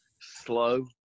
slow